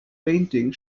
painting